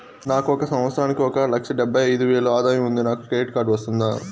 నాకు ఒక సంవత్సరానికి ఒక లక్ష డెబ్బై అయిదు వేలు ఆదాయం ఉంది నాకు క్రెడిట్ కార్డు వస్తుందా?